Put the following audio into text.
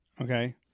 okay